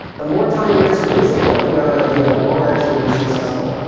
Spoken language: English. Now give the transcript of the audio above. the more time you're just wasting working on an idea that won't actually be successful.